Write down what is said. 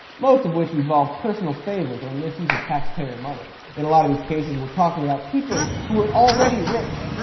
most of which involve personal favors or misuse of taxpayer money. in a lot of these cases, we're talking about people who were already rich,